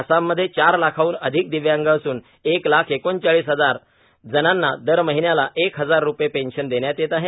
आसाममध्ये चार लाखाहन अधिक दिव्यांग असून एक लाख एकोणचाळीस हजार जणांना दर महिन्याला एक हजार रुपये पेन्शन देण्यात येत आहे